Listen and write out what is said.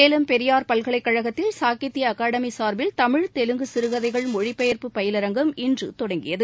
சேலம் பெரியார் பல்கலைக்கழகத்தில் சாகித்ய அகாடமி சார்பில் தமிழ் தெலுங்கு சிறுகதைகள் மொழி பெயர்ப்பு பயிலரங்கம் இன்று தொடங்கியது